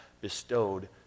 bestowed